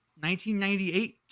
1998